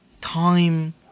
time